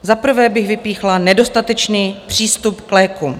Za prvé bych vypíchla nedostatečný přístup k lékům.